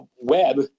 web